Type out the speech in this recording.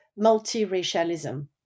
multiracialism